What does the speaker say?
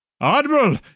Admiral